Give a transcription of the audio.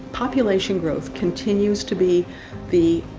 population growth continues to be the,